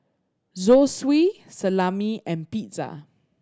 Zosui Salami and Pizza